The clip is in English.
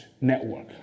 network